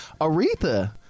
Aretha